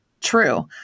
true